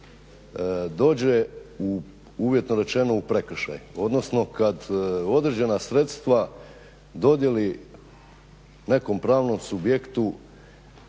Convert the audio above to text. dođe u uvjetno rečeno u prekršaj, odnosno kad određena sredstva dodjeli nekom pravnom subjektu